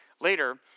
Later